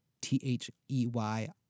T-H-E-Y